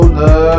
love